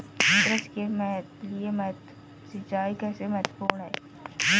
कृषि के लिए सिंचाई कैसे महत्वपूर्ण है?